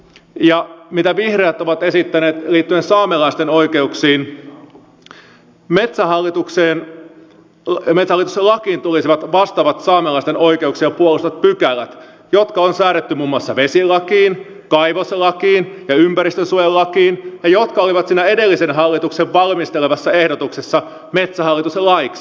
ja liittyen siihen mitä vihreät ovat esittäneet liittyen saamelaisten oikeuksiin metsähallitus lakiin tulisivat vastaavat saamelaisten oikeuksia puolustavat pykälät jotka on säädetty muun muassa vesilakiin kaivoslakiin ja ympäristönsuojelulakiin ja jotka olivat siinä edellisen hallituksen valmistelemassa ehdotuksessa metsähallitus laiksi